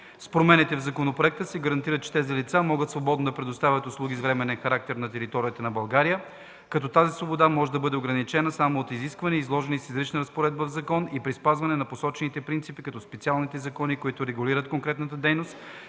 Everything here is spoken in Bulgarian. С промените в законопроекта се гарантира, че тези лица могат свободно да предоставят услуги с временен характер на територията на България, като тази свобода може да бъде ограничена само от изисквания, наложени с изрична разпоредба в закон, и при спазване на посочените принципи, като специалните закони, които регулират конкретна дейност,